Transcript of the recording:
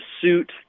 suit